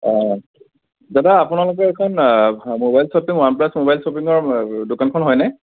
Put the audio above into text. অঁ দাদা আপোনালোকৰ এইখন mobile shopping one plus mobile শ্বপিংৰ দোকানখন হয়নে